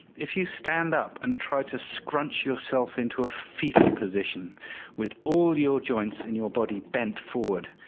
if you stand up and try to scrunch yourself into a foetal position with all your joints in your body bent forward,